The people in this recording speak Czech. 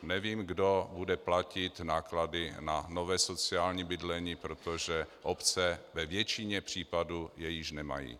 Nevím, kdo bude platit náklady na nové sociální bydlení, protože je obce ve většině případů již nemají.